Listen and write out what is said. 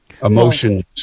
Emotions